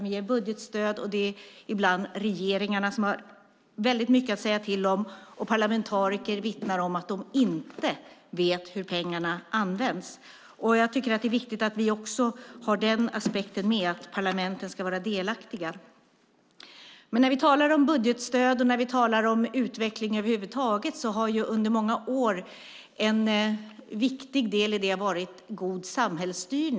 Vi ger budgetstöd, och ibland är det regeringarna som har väldigt mycket att säga till om. Parlamentariker vittnar om att de inte vet hur pengarna används. Jag tycker att det är viktigt att vi också har den aspekten med att parlamenten ska vara delaktiga. När vi talar om budgetstöd och om utveckling över huvud taget har god samhällsstyrning varit en viktig del i det under många år.